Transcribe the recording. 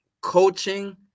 coaching